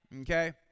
Okay